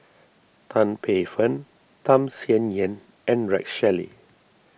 Tan Paey Fern Tham Sien Yen and Rex Shelley